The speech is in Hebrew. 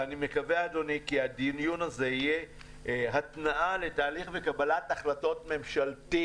ואני מקווה שהדיון הזה יהיה התנעה לתהליך קבלת החלטות ממשלתי.